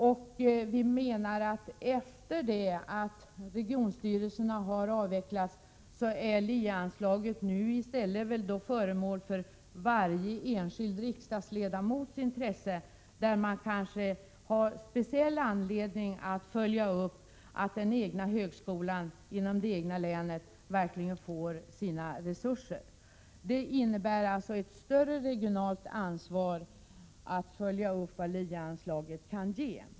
Vi menar att LIE-anslaget efter det att regionstyrelserna har avvecklats i stället är föremål för varje enskild riksdagsledamots intresse, eftersom var och en kanske har speciell anledning att följa upp att högskolan inom det egna länet verkligen får sina resurser. Det innebär ett större regionalt ansvar att följa upp vad LIE-anslaget kan ge.